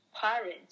parent